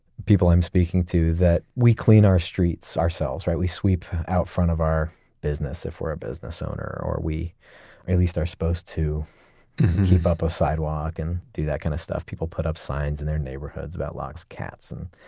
people i'm speaking to that we clean our streets ourselves, right? we sweep out front of our business if we're a business owner, or we at least are supposed to keep up a sidewalk and do that kind of stuff. people put up signs in their neighborhoods about lost cats, and